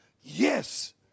Yes